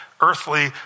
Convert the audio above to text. earthly